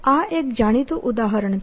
આ એક જાણીતું ઉદાહરણ છે